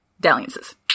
Dalliances